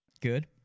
Good